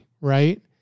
right